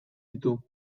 ditu